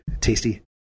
tasty